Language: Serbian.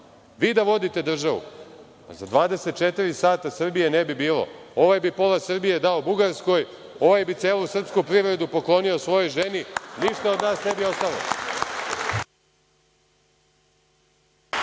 vi da vodite državu, za 24 sata Srbije ne bi bilo. Ovaj bi pola Srbije dao Bugarskoj, ovaj bi celu srpsku privredu poklonio svojoj ženi i ništa od nas ne bi ostalo.